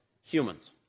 humans